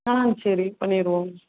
ஆ சரி பண்ணிருவோம்